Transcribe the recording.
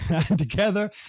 together